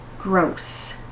gross